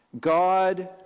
God